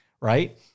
right